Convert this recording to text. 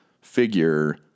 figure